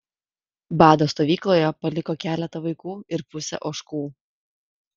bado stovykloje paliko keletą vaikų ir pusę ožkų